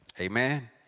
Amen